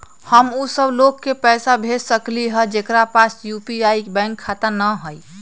हम उ सब लोग के पैसा भेज सकली ह जेकरा पास यू.पी.आई बैंक खाता न हई?